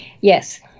Yes